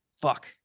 Fuck